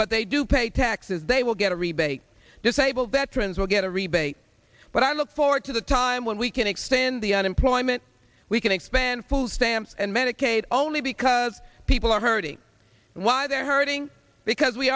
but they do pay taxes they will get a rebate disabled veterans will get a rebate but i look forward to the time when we can extend the unemployment we can expand food stamps and medicaid only because people are hurting and why they're hurting because we